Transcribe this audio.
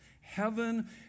Heaven